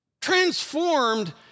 Transformed